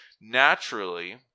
Naturally